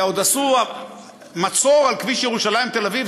ועוד עשו מצור על כביש ירושלים תל-אביב.